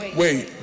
wait